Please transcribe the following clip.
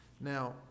now